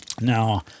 Now